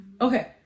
Okay